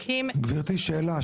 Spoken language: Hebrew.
גברתי, שאלה.